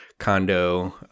condo